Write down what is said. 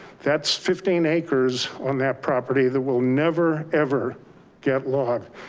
that's fifteen acres on that property that will never ever get logged.